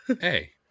Hey